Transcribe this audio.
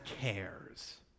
cares